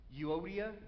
Euodia